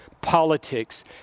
politics